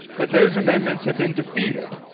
but those amendments have been defeated.